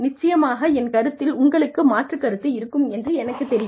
நிச்சயமாக என் கருத்தில் உங்களுக்கு மாற்றுக் கருத்து இருக்கும் என்று எனக்குத் தெரியும்